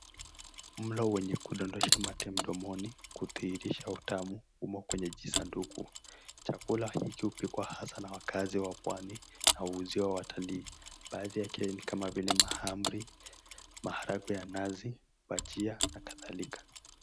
Mlo wenye kudondosha mate mdomoni kudhirisha utamu umo kwenye jisanduku, chakula hicho hupikwa haswa na wakaazi wa pwani na huuziwa watalii baadhi yake ni kama vile mahamri, maharagwe ya nazi, bajia na kadhalika.